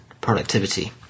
productivity